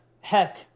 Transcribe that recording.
Heck